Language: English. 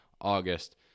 august